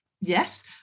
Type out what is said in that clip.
yes